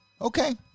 Okay